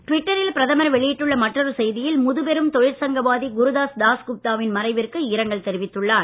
ட்விட்டரில் பிரதமர் வெளியிட்டுள்ள மற்றொரு செய்தியில் முதுபெரும் தொழிற்சங்க வாதி குருதாஸ் தாஸ்குப்தாவின் மறைவிற்கு இரங்கல் தெரிவித்துள்ளார்